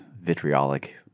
vitriolic